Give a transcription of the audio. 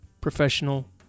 professional